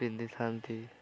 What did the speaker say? ପିନ୍ଧିଥାନ୍ତି